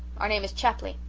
our name is chapley.